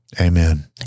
Amen